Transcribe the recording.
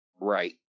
Right